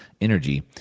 energy